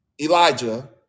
Elijah